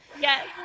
yes